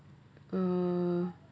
err